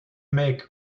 make